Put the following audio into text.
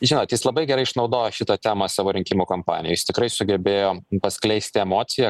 žinot jis labai gerai išnaudojo šitą temą savo rinkimų kampanijoj jis tikrai sugebėjo paskleisti emociją